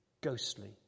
ghostly